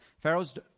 Pharaoh's